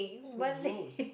so gross